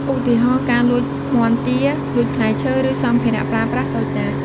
ឧទាហរណ៍ ការលួចមាន់ទា លួចផ្លែឈើ ឬសម្ភារៈប្រើប្រាស់តូចតាច។